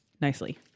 nicely